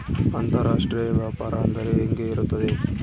ಅಂತರಾಷ್ಟ್ರೇಯ ವ್ಯಾಪಾರ ಅಂದರೆ ಹೆಂಗೆ ಇರುತ್ತದೆ?